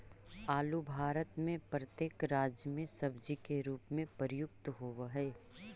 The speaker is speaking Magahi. आलू भारत में प्रत्येक राज्य में सब्जी के रूप में प्रयुक्त होवअ हई